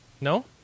No